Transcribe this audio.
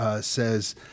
says